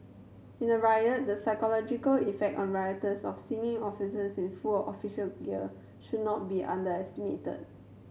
in a riot the psychological effect on rioters of seeing officers in full or official gear should not be underestimated